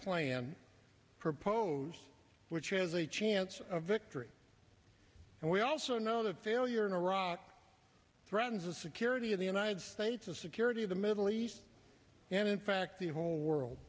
plan proposed which has a chance of victory and we also know that failure in iraq threatens the security of the united states the security of the middle east and in fact the whole world